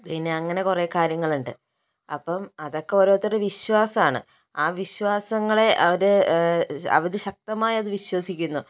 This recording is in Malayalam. പിന്നെ അങ്ങനെ കുറേ കാര്യങ്ങളുണ്ട് അപ്പോൾ അതൊക്കെ ഓരോരുത്തരുടെ വിശ്വാസമാണ് ആ വിശ്വാസങ്ങളെ അവര് അവര് ശക്തമായി അത് വിശ്വസിക്കുന്നു